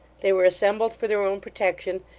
they were assembled for their own protection,